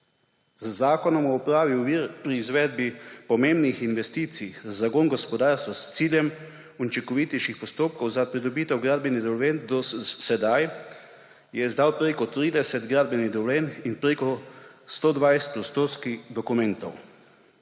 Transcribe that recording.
zakona o odpravi ovir pri izvedbi pomembnih investicij za zagon gospodarstva s ciljem učinkovitejših postopkov za pridobitev gradbenega dovoljenja se je do sedaj izdalo več kot 30 gradbenih dovoljenj in več kot 120 prostorskih dokumentov.